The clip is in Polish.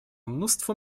mnóstwo